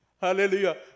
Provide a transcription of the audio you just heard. Hallelujah